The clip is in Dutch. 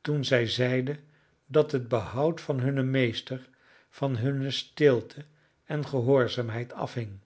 toen zij zeide dat het behoud van hunnen meester van hunne stilte en gehoorzaamheid afhing